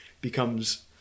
becomes